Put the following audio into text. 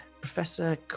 Professor